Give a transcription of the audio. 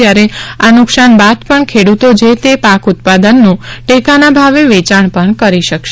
જ્યારે આ નુકશાન બાદ પણ ખેડતો જે તે પાક ઉત્પાદનનું ટેકાના ભાવે વેચાણ પણ કરી શકશે